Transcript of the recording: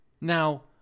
Now